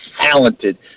talented